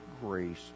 grace